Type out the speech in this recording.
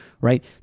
right